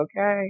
okay